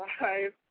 five